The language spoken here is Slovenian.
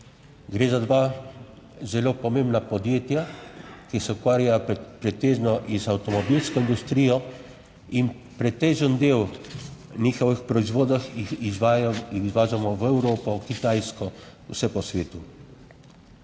Gre za dva zelo pomembna podjetja, ki se ukvarja pretežno z avtomobilsko industrijo in pretežen del njihovih proizvodov, ki jih izvažamo v Evropo, na Kitajsko, vse po svetu.